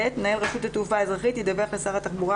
מנהל רשות התעופה האזרחית ידווח לשר התחבורה